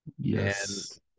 Yes